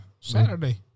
Saturday